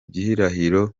gihirahiro